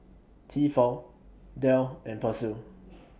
Tefal Dell and Persil